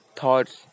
thoughts